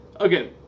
okay